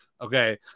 Okay